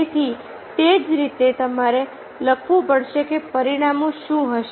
તેથી તે જ રીતે તમારે લખવું પડશે કે પરિણામો શું હશે